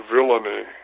Villainy